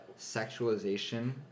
sexualization